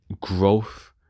growth